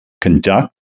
conduct